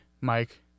Mike